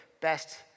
best